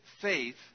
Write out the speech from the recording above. faith